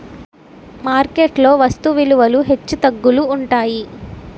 market లో వస్తు విలువలు హెచ్చుతగ్గులు ఉంటాయి